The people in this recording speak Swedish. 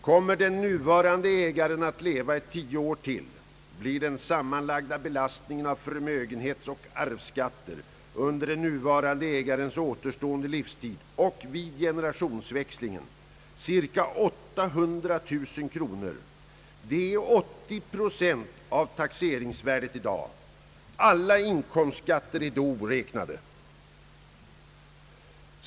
Kommer den nuvarande ägaren att leva i tio år till, blir den sammanlagda belastningen av förmögenhetsoch arvsskatter under den nuvarande ägarens återstående livstid och vid generationsväxlingen cirka 800 000 kronor. Det är 80 procent av dagens taxeringsvärde. Alla inkomstskatter är då oräknade.